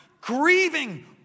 grieving